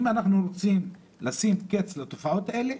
אם אנחנו רוצים לשים קץ לתופעות האלה,